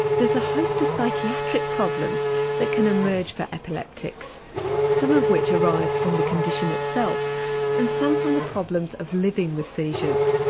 there's a host of psychiatric problems that can emerge for epileptics some of which arise from the condition itself and some from the problems of living with seizures.